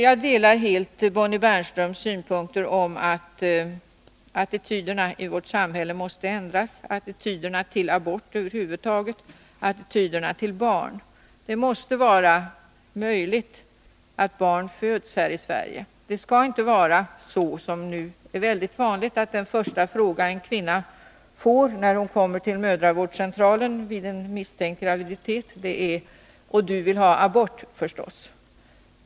Jag ansluter mig helt till Bonnie Bernströms synpunkter att attityderna i vårt samhälle måste ändras — attityderna till abort och attityderna till barn. Det måste vara möjligt att barn föds här i Sverige. Det skall inte vara så, som nu är väldigt vanligt, att den första fråga en kvinna får när hon kommer till mödravårdscentralen vid en misstänkt graviditet är: Och du vill ha abort, förstås?